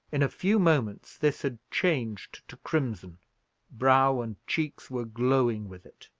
in a few moments this had changed to crimson brow and cheeks were glowing with it.